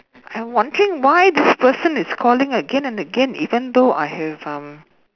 I wondering why this person is calling again and again even though I have um